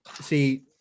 See